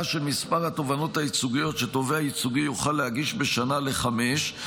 של מספר התובענות הייצוגיות שתובע ייצוגי יוכל להגיש בשנה לחמש.